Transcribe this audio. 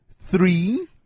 Three